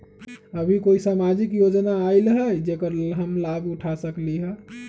अभी कोई सामाजिक योजना आयल है जेकर लाभ हम उठा सकली ह?